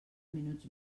minuts